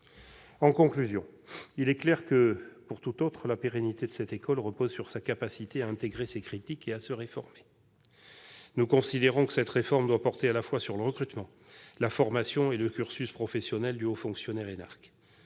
Il est clair que, plus que pour toute autre, la pérennité de cette école repose sur sa capacité à intégrer ces critiques et à se réformer. Nous considérons qu'une telle réforme doit porter à la fois sur le recrutement, la formation et le cursus professionnel du haut fonctionnaire énarque.